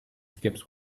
skips